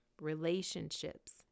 relationships